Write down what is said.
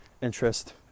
interest